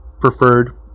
preferred